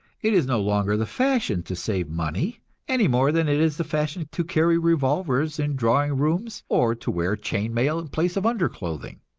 it is no longer the fashion to save money any more than it is the fashion to carry revolvers in drawing-rooms or to wear chain mail in place of underclothing.